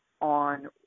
on